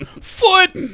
Foot